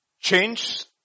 Change